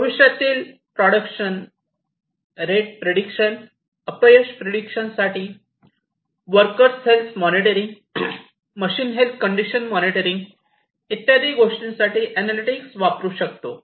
भविष्यातील production rate prediction अपयश prediction साठी workers health monitoring machine health condition monitoring इत्यादी गोष्टींसाठी अॅनालॅटिक्स वापरू शकतो